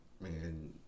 man